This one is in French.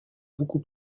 beaucoup